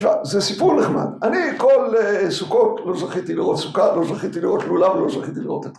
זה סיפור נחמד, אני כל סוכות לא זכיתי לראות סוכה, לא זכיתי לראות לולב, לא זכיתי לראות את..